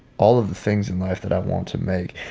all of the things in life that i want to make,